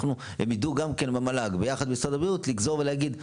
הם ידעו גם במל"ג יחד עם משרד הבריאות לגזור ולהגיד.